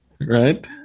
Right